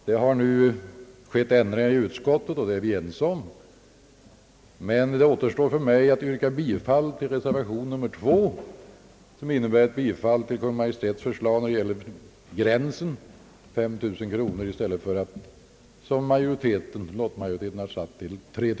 Det har skett ändringar i utskottet, och dem är vi ense om. Det återstår för mig att yrka bifall till reservation nr 2, som innebär bifall till Kungl. Maj:ts förslag när det gäller gränsen 5 000 kronor i stället för 3 000 kronor, som är den gräns lottmajoriteten har satt.